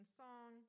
song